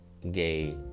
gay